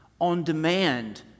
on-demand